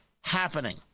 happening